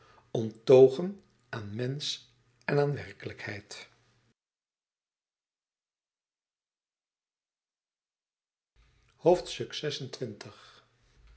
onttogen aan mensch en aan werkelijkheid